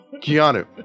Keanu